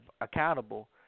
accountable